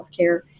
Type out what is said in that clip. healthcare